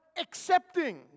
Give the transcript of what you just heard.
accepting